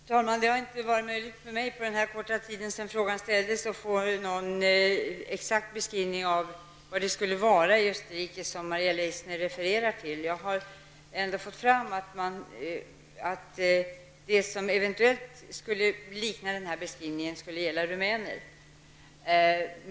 Herr talman! Det har inte varit möjligt för mig på denna korta tid sedan frågan ställdes att få någon exakt beskrivning av vad det är i Österrike som Maria Leissner refererar till. Jag har ändå fått fram att det som eventuellt skulle kunna likna denna beskrivning gäller rumäner.